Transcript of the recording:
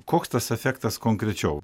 koks tas efektas konkrečiau